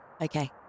Okay